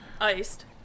Iced